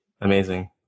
amazing